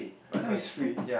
now it's free